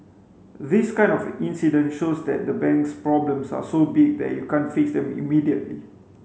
this kind of incident shows that the bank's problems are so big that you can't fix them immediately